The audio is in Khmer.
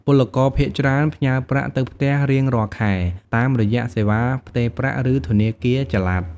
ពលករភាគច្រើនផ្ញើប្រាក់ទៅផ្ទះរៀងរាល់ខែ តាមរយៈសេវាផ្ទេរប្រាក់ ឬធនាគារចល័ត។